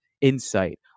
insight